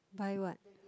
buy what